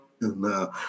No